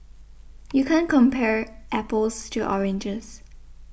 you can't compare apples to oranges